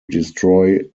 destroy